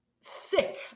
sick